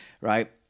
right